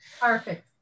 Perfect